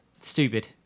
stupid